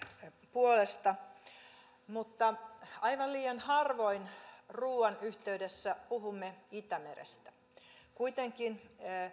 puolesta mutta aivan liian harvoin ruuan yhteydessä puhumme itämerestä kuitenkin